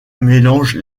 mélange